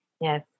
Yes